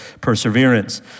perseverance